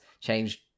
changed